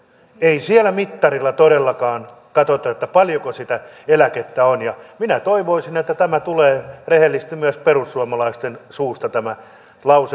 ei siellä mittarilla todellakaan katsota paljonko sitä eläkettä on ja minä toivoisin että tämä lause tulee rehellisesti myös perussuomalaisten suusta toistaen